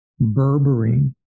berberine